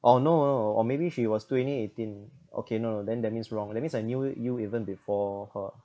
orh no no or maybe she was twenty eighteen okay no no then that means wrong that means I knew you even before her